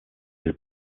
his